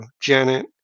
Janet